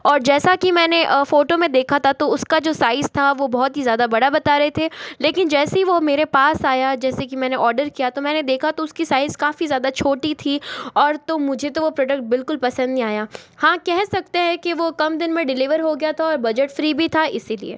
और जैसा की मैंने फ़ोटो में देखा था तो उसका जो साइज़ था वो बहुत ही ज़्यादा बड़ा बता रहे थे लेकिन जैसे ही वो मेरे पास आया जैसे कि मैंने ओडर किया तो मैंने देखा तो उसकी साइज़ काफ़ी ज़्यादा छोटी थी और तो मुझे तो वो प्रोडक्ट बिलकुल पसंद नही आया हाँ कह सकते है कि वो कम दिन में डिलिवर हो गया था और बजट फ़्री भी था इसी लिए